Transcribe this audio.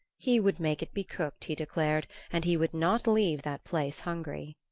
he would make it be cooked, he declared, and he would not leave that place hungry.